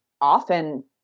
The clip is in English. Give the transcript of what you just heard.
Often